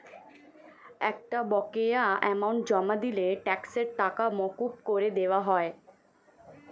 একটা বকেয়া অ্যামাউন্ট জমা দিলে ট্যাক্সের টাকা মকুব করে দেওয়া হয়